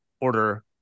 order